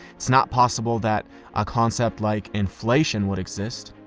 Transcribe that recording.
it's not possible that a concept like inflation would exist.